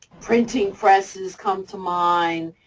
printing presses come to mind.